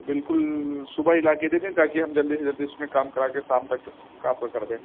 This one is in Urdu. بالکل صبح ہی لا کے دے دیں تاکہ ہم جلدی سے جلدی اس میں کام کرا کے شام تک آپ کا کر دیں